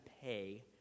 pay